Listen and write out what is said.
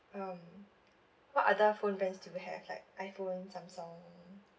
um what other phone brands do you have like iPhone Samsung